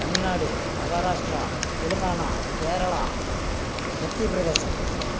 Tamil Nadu Maharashtra Telangana Kerala Madhya Pradesh